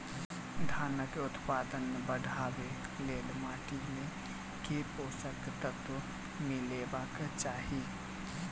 धानक उत्पादन बढ़ाबै लेल माटि मे केँ पोसक तत्व मिलेबाक चाहि?